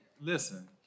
listen